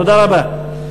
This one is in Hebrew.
תודה רבה.